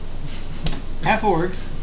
Half-orgs